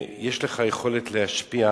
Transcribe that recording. יש לך יכולת להשפיע,